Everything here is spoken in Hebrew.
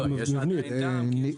אבל העניין הוא,